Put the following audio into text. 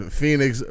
Phoenix